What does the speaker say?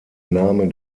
name